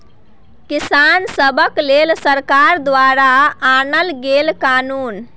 किसान सभक लेल सरकार द्वारा आनल गेल कानुन